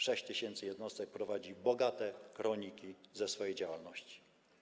6 tys. jednostek prowadzi bogate kroniki swojej działalności.